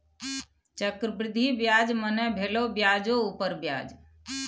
चक्रवृद्धि ब्याज मने भेलो ब्याजो उपर ब्याज